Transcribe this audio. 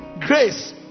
grace